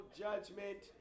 judgment